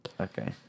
Okay